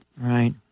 Right